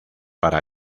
para